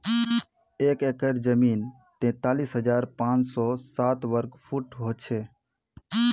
एक एकड़ जमीन तैंतालीस हजार पांच सौ साठ वर्ग फुट हो छे